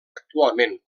actualment